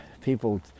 People